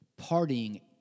partying